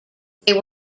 they